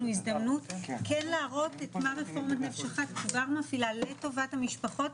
הזדמנות כן להראות את מה שרפורמת נפש אחת כבר מפעילה לטובת המשפחות.